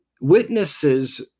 witnesses